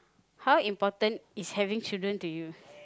how important is having children to you